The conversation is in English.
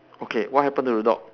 okay what happen to the dog